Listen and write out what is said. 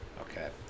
Okay